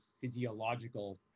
physiological